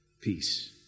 Peace